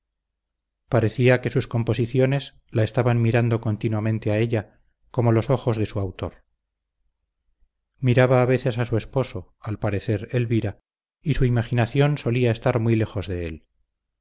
parecía que sus composiciones la estaban mirando continuamente a ella como los ojos de su autor miraba a veces a su esposo al parecer elvira y su imaginación solía estar muy lejos de él